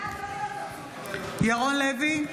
ירון לוי,